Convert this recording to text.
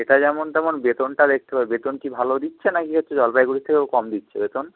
সেটা যেমন তেমন বেতনটা দেখতে হবে বেতন কি ভালো দিচ্ছে না কী হচ্ছে জলপাইগুড়ির থেকেও কম দিচ্ছে বেতন